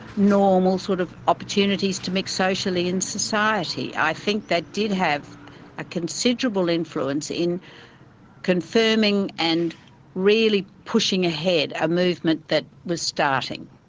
normal sort of opportunities to mix socially in society. i think they did have a considerable influence in confirming and really pushing ahead a movement that was starting.